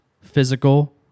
physical